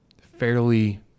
fairly